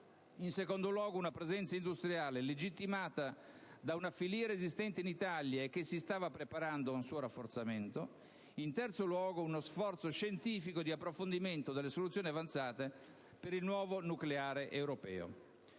in secondo luogo, una presenza industriale legittimata da una filiera esistente in Italia e che si stava preparando ad un suo rafforzamento; in terzo luogo, uno sforzo scientifico di approfondimento delle soluzioni avanzate per il «nuovo nucleare» europeo.